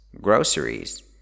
groceries